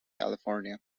california